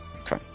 Okay